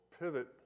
pivot